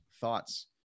thoughts